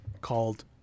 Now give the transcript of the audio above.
called